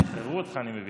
שחררו אותך, אני מבין.